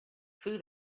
food